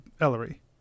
ellery